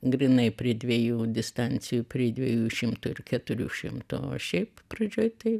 grynai prie dviejų distancijų prie dviejų šimtų ir keturių šimtų o šiaip pradžioj tai